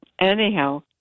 Anyhow